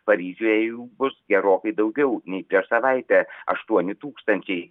paryžiuje jų bus gerokai daugiau nei prieš savaitę aštuoni tūkstančiai